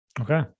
Okay